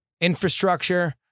infrastructure